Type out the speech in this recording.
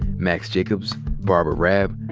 max jacobs, barbara raab,